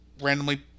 randomly